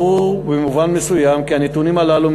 ברור במובן מסוים כי הנתונים הללו,